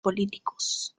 políticos